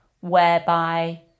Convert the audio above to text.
Whereby